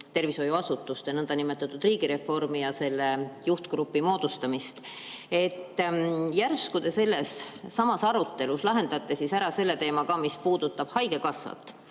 tervishoiuasutuste nõndanimetatud riigireformi ja selle juhtgrupi moodustamist. Järsku te sellessamas arutelus lahendate ära ka selle teema, mis puudutab haigekassat.